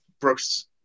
Brooks